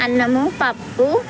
అన్నము పప్పు